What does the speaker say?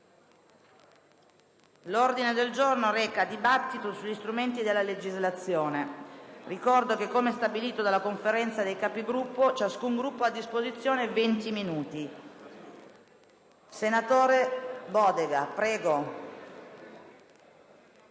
L'ordine del giorno reca: «Dibattito sugli strumenti della legislazione». Ricordo che, come stabilito dalla Conferenza dei Capigruppo, ciascun Gruppo ha a disposizione 20 minuti. Dichiaro aperto